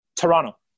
Toronto